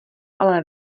ale